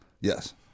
Yes